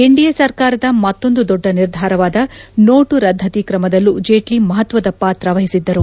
NDA ಸರ್ಕಾರದ ಮತ್ತೊಂದು ದೊಡ್ಡ ನಿರ್ಧಾರವಾದ ನೋಟು ರದ್ಲತಿ ಕ್ರಮದಲ್ಲೂ ಜೇಟ್ಟ ಮಹತ್ವದ ಪಾತ್ರ ವಹಿಸಿದ್ಲರು